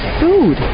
food